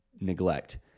neglect